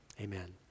Amen